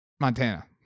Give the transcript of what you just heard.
montana